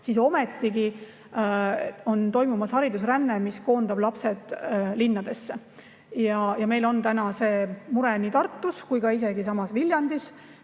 ometigi on toimumas haridusränne, mis koondab lapsed linnadesse. Meil on täna see mure Tartus ja isegi Viljandis,